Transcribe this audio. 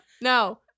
No